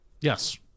Yes